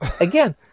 again